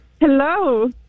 Hello